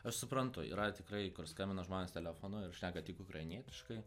aš suprantu yra tikrai kur skambina žmonės telefonu ir šneka tik ukrainietiškai